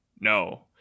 No